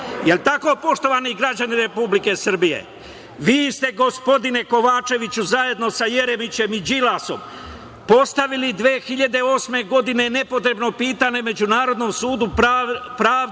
Je li tako poštovani građani Republike Srbije? Vi ste gospodine Kovačeviću zajedno sa Jeremićem i Đilasom postavili 2008. godine nepotrebno pitanje Međunarodnom sudu pravde